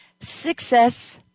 success